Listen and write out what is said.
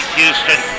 Houston